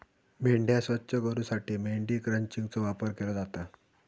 मेंढ्या स्वच्छ करूसाठी मेंढी क्रचिंगचो वापर केलो जाता